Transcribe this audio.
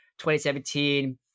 2017